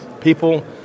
People